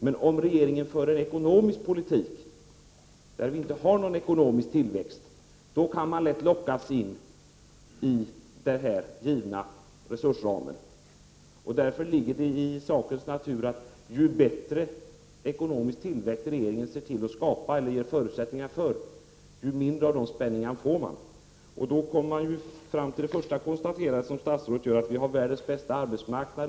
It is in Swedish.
Men om regeringen för en sådan politik att vi inte får någon ekonomisk tillväxt, då kan man lätt lockas in i den givna resursramen. Därför ligger det i sakens natur att ju bättre ekonomisk tillväxt regeringen ger förutsättningar för, desto mindre spänningar får man. Då kommer jag fram till det första konstaterande som statsrådet gör, att vi har världens bästa arbetsmarknad.